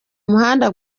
muhanda